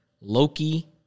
Loki